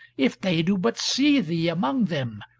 if they do but see thee among them,